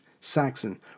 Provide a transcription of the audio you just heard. Saxon